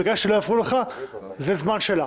ביקשתי שלא יפריעו לך, זה זמן שלה.